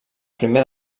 primer